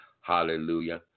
Hallelujah